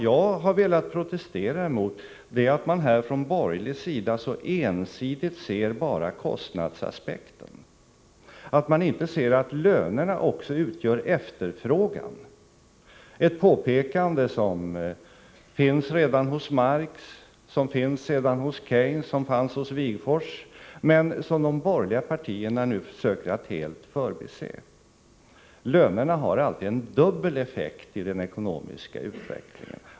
Jag har velat protestera mot att de borgerliga så ensidigt ser till kostnadsaspekten och inte ser att lönerna också utgör efterfrågan. Det är ett påpekande som gjordes redan av Marx, Keynes och Wigforss, men som de borgerliga partierna nu försöker att helt förbise. Lönerna har alltid en dubbel effekt i den ekonomiska utvecklingen.